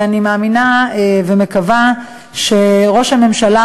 אני מאמינה ומקווה שראש הממשלה,